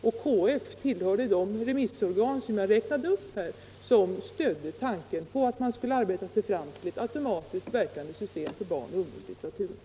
Och KF tillhörde de remissorgan som jag räknade upp här, som stödde tanken att man skulle arbeta sig fram till ett automatiskt verkande system för barnoch ungdomslitteraturen.